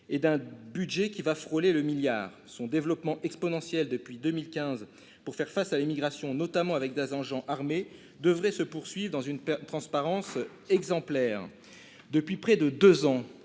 et d'un budget qui va frôler le milliard d'euros. Son développement exponentiel depuis 2015 pour faire face à l'immigration, notamment avec des agents armés, devrait se poursuivre dans une transparence exemplaire. Depuis près de deux ans,